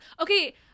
Okay